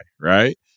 right